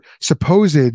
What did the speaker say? supposed